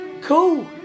Cool